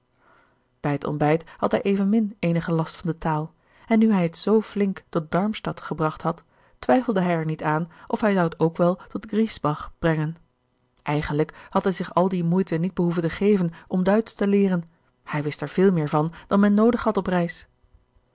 bij het ontbijt had hij evenmin eenigen last van de taal en nu hij het zoo flink tot darmstadt gebracht had twijfelde hij er niet aan of hij zou het ook wel tot griesbach brengen eigenlijk had hij zich al die moeite niet behoeven te geven om duitsch te leeren hij wist er veel meer van dan men noodig had op reis